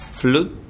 flute